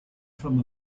from